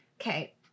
Okay